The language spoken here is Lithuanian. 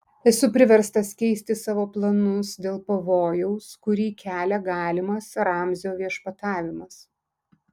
esu priverstas keisti savo planus dėl pavojaus kurį kelia galimas ramzio viešpatavimas